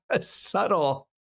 Subtle